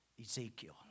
Ezekiel